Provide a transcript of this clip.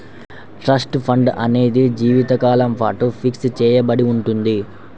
trust fund అనేది జీవితకాలం పాటు ఫిక్స్ చెయ్యబడి ఉంటుంది